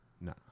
No